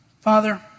Father